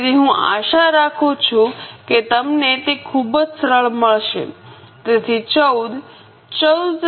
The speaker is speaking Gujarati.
તેથી હું આશા રાખું છું કે તમને તે ખૂબ જ સરળ મળશે તેથી 14 14